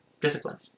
discipline